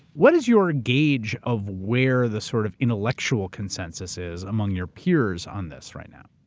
what is your gauge of where the sort of intellectual consensus is among your peers on this right now?